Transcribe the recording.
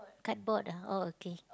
cardboard ah oh okay